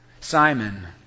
Simon